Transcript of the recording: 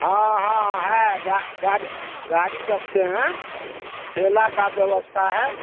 हाँ हाँ हाँ गाड़ी गाड़ी रखते हैं ठेला का व्यवस्था है